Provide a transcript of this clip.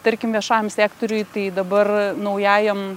tarkim viešajam sektoriui tai dabar naujajam